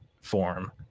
form